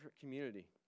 community